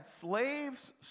slaves